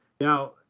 Now